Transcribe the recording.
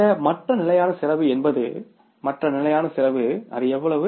இந்த OFC என்பது மற்ற நிலையான செலவுஅது எவ்வளவு